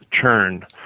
churn